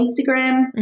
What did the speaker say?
Instagram